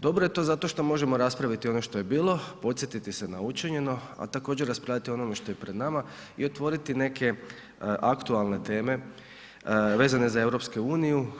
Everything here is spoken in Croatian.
Dobro je to zato što možemo raspraviti ono što je bilo, podsjetiti se na učinjeno, a također raspravljati o onome što je pred nama i otvoriti neke aktualne teme vezane za EU,